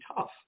tough